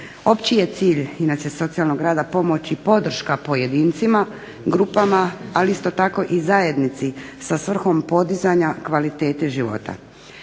Opći je cilj općeg socijalnog rada pomoć i podrška pojedincima, grupama ali isto tako i zajednici sa svrhom podizanja kvalitete života.